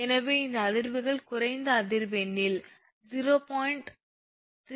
எனவே இந்த அதிர்வுகள் குறைந்த அதிர்வெண்களில் 0